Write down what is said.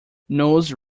nose